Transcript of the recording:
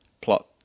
plot